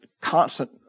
constant